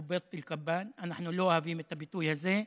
או (חוזר על הביטוי בערבית.) אנחנו לא אוהבים את הביטוי הזה,